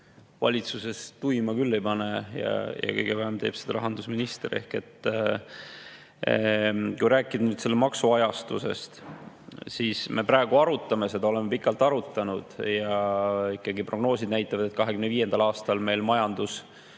valitsuses tuima küll ei pane ja kõige vähem teeb seda rahandusminister. Kui rääkida selle maksu ajastusest, siis me praegu arutame seda, oleme pikalt arutanud. Prognoosid näitavad, et 2025. aastal on majandus